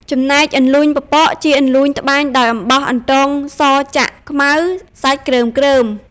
ចំណែកអន្លូញប៉ប៉ក ជាអន្លូញត្បាញដោយអំបោះអន្ទងសចាក់ខ្មៅសាច់គ្រើមៗ។